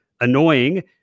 annoying